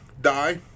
die